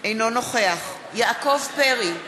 אינו נוכח יעקב פרי,